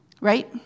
Right